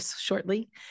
shortly